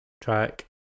track